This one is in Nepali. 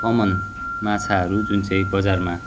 कमन माछाहरू जुन चाहिँ बजारमा